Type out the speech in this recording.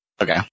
Okay